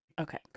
Okay